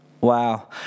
Wow